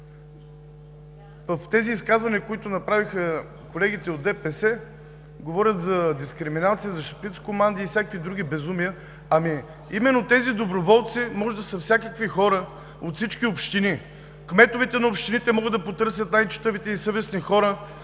в тези изказвания, които направиха колегите от ДПС, говорят за дискриминация, за шпицкоманди и всякакви други безумия, ами именно тези доброволци могат да са всякакви хора, от всички общини. Кметовете на общините могат да потърсят най-читавите и съвестни хора,